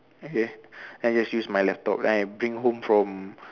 okay I just use my laptop then I bring home from